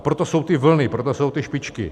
A proto jsou ty vlny, proto jsou ty špičky.